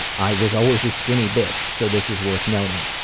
i was always a skinny bitch so this is worth noting.